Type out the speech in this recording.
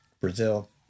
Brazil